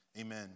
amen